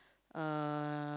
uh